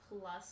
plus